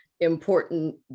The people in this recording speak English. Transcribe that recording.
important